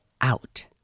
out